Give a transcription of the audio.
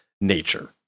nature